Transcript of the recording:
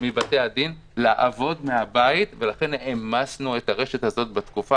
מבתי-הדין לעבוד מהבית ולכן העמסנו את הרשת הזאת בתקופה